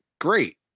great